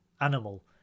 animal